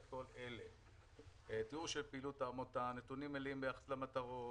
את כל אלה: תיאור של פעילות העמותה; נתונים מלאים ביחס למטרות;